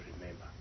remember